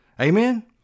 Amen